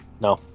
No